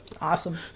Awesome